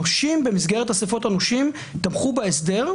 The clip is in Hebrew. הנושים במסגרת אסיפות הנושים תמכו בהסדר,